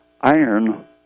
iron